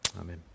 Amen